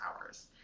hours